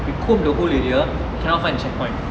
we combed the whole area cannot find the checkpoint